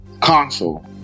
console